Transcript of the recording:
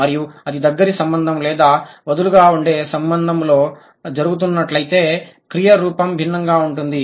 మరియు అది దగ్గరి సంబంధం లేదా వదులుగా ఉండే సంబంధంలో జరుగుతున్నట్లయితే క్రియ రూపం భిన్నంగా ఉంటుంది